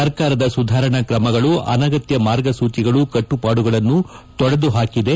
ಸರ್ಕಾರದ ಸುಧಾರಣಾ ಕ್ರಮಗಳು ಅನಗತ್ತ ಮಾರ್ಗಸೂಚಿಗಳು ಕಟ್ಟುಪಾಡುಗಳನ್ನು ತೊಡೆದು ಹಾಕಿದೆ